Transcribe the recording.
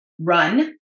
run